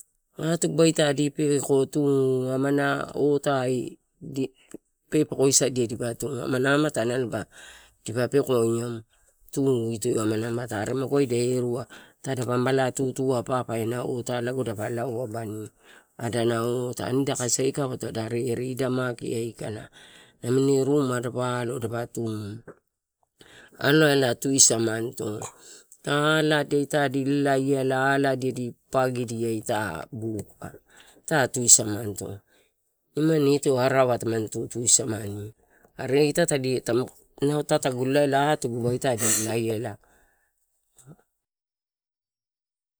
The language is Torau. Atuguba dipeko tu amana otai di pepeko sadia dipa tu dipa pekoia tu, itoi amana amatai are maga waedia eh ita mala tutuai ita papa ena amatai, lago dapa lao abani agu otai, niga kasi aikava ta redi. Idae maki aikala namini ruma tadapa alo dapa tu, alai tu samanito, aladia ita di lalaiala aladia di papagidia ita buka. Ita tusamanito imani ito arawa tamani tutu samani are eh inau ita tagu lalaiala elae atugu ito ita di lalaiala ba.